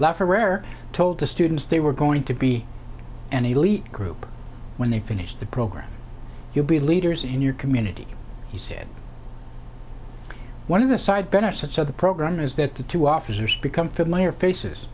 forever told the students they were going to be an elite group when they finished the program you'll be leaders in your community he said one of the side benefits of the program is that the two officers become familiar faces